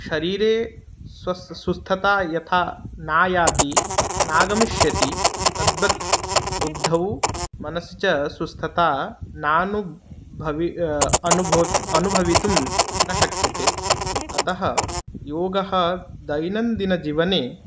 शरीरे स्वस् स्वस्थता यथा नायाति नागमिष्यति तद्बत् बुद्धौ मनसि च स्वस्थता नानु भवि अनुभो अनुभवितुं न शक्यते अतः योगः दैनन्दिनजीवने